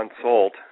consult